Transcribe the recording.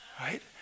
Right